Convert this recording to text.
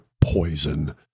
poison